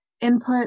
input